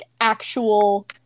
actual